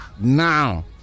now